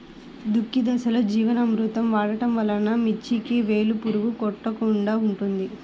దుక్కి దశలో ఘనజీవామృతం వాడటం వలన మిర్చికి వేలు పురుగు కొట్టకుండా ఉంటుంది?